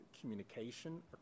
communication